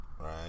Right